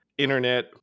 internet